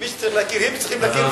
ומי שצריך להכיר הם צריכים להכיר במדינה.